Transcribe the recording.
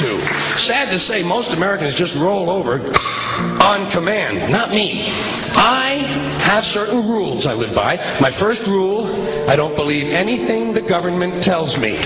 told sad to say most americans just roll over on command not me that's certain rules i live by my first rule i don't believe anything the government tells me